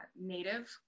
native